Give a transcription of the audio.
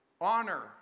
Honor